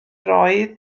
roedd